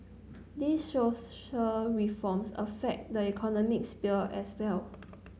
these social reforms affect the economic sphere as well